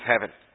heaven